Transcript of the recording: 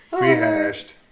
rehashed